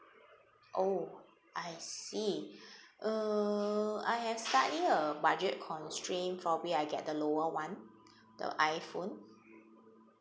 oh I see uh I have slightly a budget constraint probably I get the lower [one] the iphone